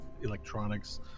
electronics